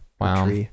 Wow